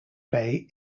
bay